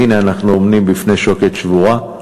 והנה אנחנו עומדים בפני שוקת שבורה.